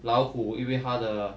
老虎因为它的